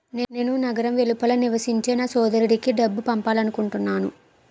నేను నగరం వెలుపల నివసించే నా సోదరుడికి డబ్బు పంపాలనుకుంటున్నాను